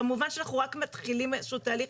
כמובן שאנחנו רק מתחילים איזה שהוא תהליך,